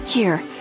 Here